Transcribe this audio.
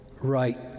right